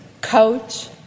coach